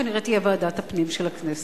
שכנראה תהיה ועדת הפנים של הכנסת.